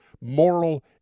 moral